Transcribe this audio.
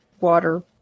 water